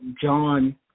John